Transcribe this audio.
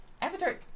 Avatar